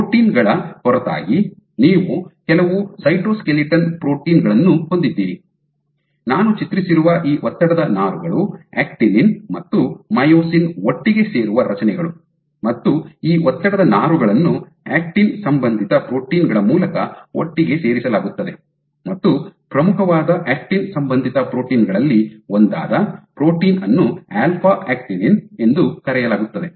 ಈ ಪ್ರೋಟೀನ್ ಗಳ ಹೊರತಾಗಿ ನೀವು ಕೆಲವು ಸೈಟೋಸ್ಕೆಲಿಟಲ್ ಪ್ರೋಟೀನ್ ಗಳನ್ನು ಹೊಂದಿದ್ದೀರಿ ನಾನು ಚಿತ್ರಿಸಿರುವ ಈ ಒತ್ತಡದ ನಾರುಗಳು ಆಕ್ಟಿನಿನ್ ಮತ್ತು ಮಯೋಸಿನ್ ಒಟ್ಟಿಗೆ ಸೇರುವ ರಚನೆಗಳು ಮತ್ತು ಈ ಒತ್ತಡದ ನಾರುಗಳನ್ನು ಆಕ್ಟಿನ್ ಸಂಬಂಧಿತ ಪ್ರೋಟೀನ್ ಗಳ ಮೂಲಕ ಒಟ್ಟಿಗೆ ಸೇರಿಸಲಾಗುತ್ತದೆ ಮತ್ತು ಪ್ರಮುಖವಾದ ಆಕ್ಟಿನ್ ಸಂಬಂಧಿತ ಪ್ರೋಟೀನ್ ಗಳಲ್ಲಿ ಒಂದಾದ ಪ್ರೋಟೀನ್ ಅನ್ನು ಆಲ್ಫಾ ಆಕ್ಟಿನಿನ್ ಎಂದು ಕರೆಯಲಾಗುತ್ತದೆ